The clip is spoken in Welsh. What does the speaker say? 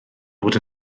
fod